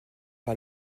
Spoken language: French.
pas